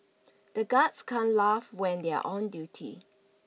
the guards can't laugh when they are on duty